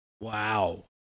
Wow